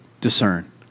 discern